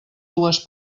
dues